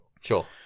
Sure